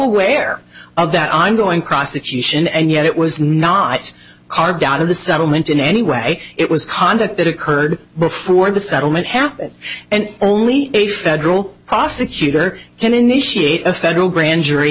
aware of that i'm going prosecution and yet it was not carved out of the settlement in any way it was conduct that occurred before the settlement happened and only a federal prosecutor can initiate a federal grand jury